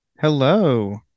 Hello